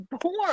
born